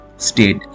state